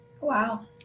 Wow